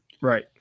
right